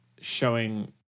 showing